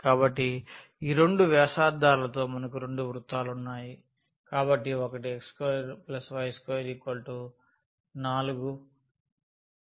కాబట్టి ఈ రెండు వ్యాసార్థాలతో మనకు రెండు వృత్తాలు ఉన్నాయి కాబట్టి ఒకటి x2y2 4 x2y2 9